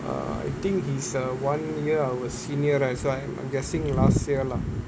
err I think he's uh one year our senior lah so I'm I'm guessing last year lah